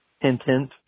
Intent